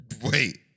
Wait